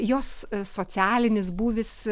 jos socialinis būvis